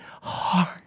heart